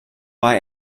war